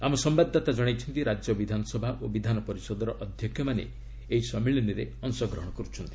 ଆମ ସମ୍ବାଦଦାତା ଜଣାଇଛନ୍ତି ରାଜ୍ୟ ବିଧାନସଭା ଓ ବିଧାନ ପରିଷଦର ଅଧ୍ୟକ୍ଷମାନେ ଏହି ସମ୍ମିଳନୀରେ ଅଂଶଗ୍ରହଣ କର୍ ଚ୍ଚନ୍ତି